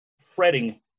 fretting